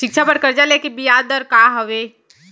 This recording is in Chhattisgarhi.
शिक्षा बर कर्जा ले के बियाज दर का हवे?